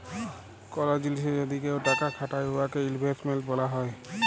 call জিলিসে যদি কেউ টাকা খাটায় উয়াকে ইলভেস্টমেল্ট ব্যলা হ্যয়